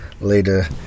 Later